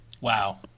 Wow